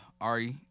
Ari